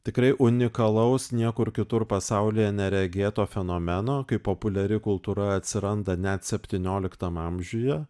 tikrai unikalaus niekur kitur pasaulyje neregėto fenomeno kaip populiari kultūra atsiranda net septynioliktam amžiuje